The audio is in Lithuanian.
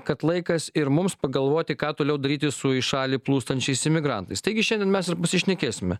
kad laikas ir mums pagalvoti ką toliau daryti su į šalį plūstančiais imigrantais taigi šiandien mes pasišnekėsime